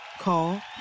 Call